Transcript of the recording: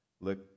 look